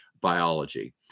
biology